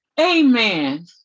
Amen